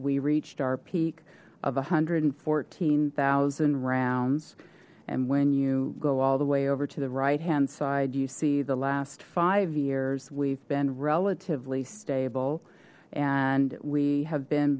we reached our peak of a hundred and fourteen thousand rounds and when you go all the way over to the right hand side you see the last five years we've been relatively stable and we have been